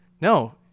no